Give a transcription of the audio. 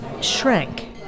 shrank